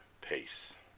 Peace